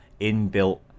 inbuilt